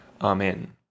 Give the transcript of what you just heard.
Amen